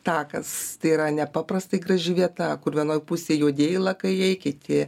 takas tai yra nepaprastai graži vieta kur vienoj pusėj juodieji lakajai kiti